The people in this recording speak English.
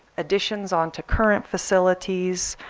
additions onto current facilities,